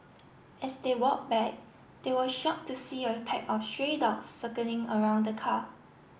as they walk back they were shocked to see a pack of stray dogs circling around the car